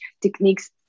techniques